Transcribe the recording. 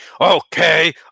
okay